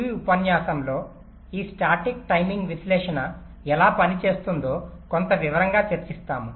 ఈ ఉపన్యాసంలో ఈ స్టాటిక్ టైమింగ్ విశ్లేషణ ఎలా పనిచేస్తుందో కొంత వివరంగా చర్చిస్తాము